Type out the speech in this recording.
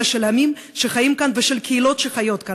של העמים שחיים כאן ושל קהילות שחיות כאן.